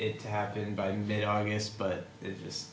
it to happen by mid august but just